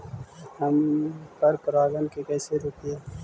हम पर परागण के कैसे रोकिअई?